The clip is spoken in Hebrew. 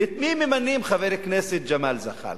ואת מי ממנים, חבר הכנסת ג'מאל זחאלקה?